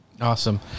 Awesome